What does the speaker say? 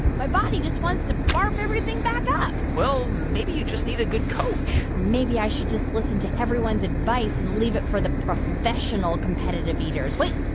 my body just wants to barf everything back up well, maybe you just need a good coach or maybe i should just listen to everyone's advice and leave it for the professional competitive eaters. wait.